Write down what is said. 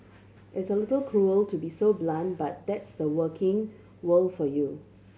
it's a little cruel to be so blunt but that's the working world for you